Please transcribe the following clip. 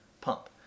pump